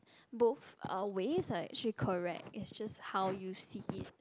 both of our ways like she correct it's just how you see it right